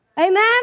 Amen